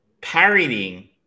parodying